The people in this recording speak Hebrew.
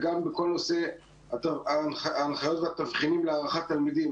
וגם בכל נושא ההנחיות והתבחינים להערכת תלמידים,